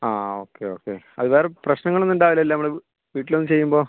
ആ okay okay അത് വേറെ പ്രശ്നങ്ങൾ ഒന്നും ഉണ്ടാവില്ലല്ലോ നമ്മളുടെ വീട്ടിൽ വന്ന് ചെയ്യുമ്പോൾ